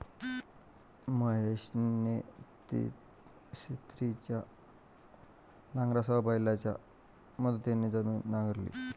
महेशने छिन्नीच्या नांगरासह बैलांच्या मदतीने जमीन नांगरली